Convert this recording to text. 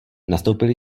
nastoupili